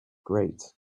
great